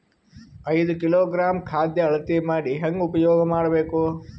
ಐದು ಕಿಲೋಗ್ರಾಂ ಖಾದ್ಯ ಅಳತಿ ಮಾಡಿ ಹೇಂಗ ಉಪಯೋಗ ಮಾಡಬೇಕು?